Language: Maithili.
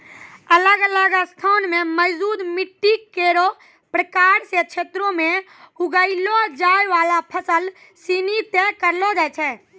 अलग अलग स्थान म मौजूद मिट्टी केरो प्रकार सें क्षेत्रो में उगैलो जाय वाला फसल सिनी तय करलो जाय छै